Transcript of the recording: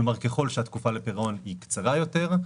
כלומר ככל שהתקופה לפירעון היא קצרה יותר,